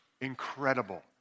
incredible